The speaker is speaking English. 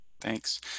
Thanks